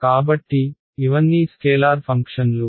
కాబట్టి ఇవన్నీ స్కేలార్ ఫంక్షన్లు